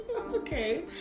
Okay